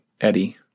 Eddie